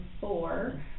four